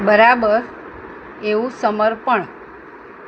બરાબર એવું સમર્પણ